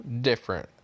different